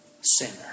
Sinner